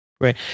Right